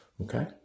okay